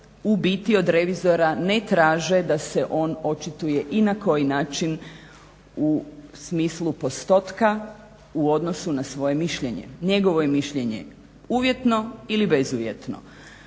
ubiti od revizora ne traže da se on očituje i na koji način u smislu postotka u odnosu na svoje mišljenje. Njegovo je mišljenje uvjetno ili bezuvjetno.